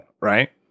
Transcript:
right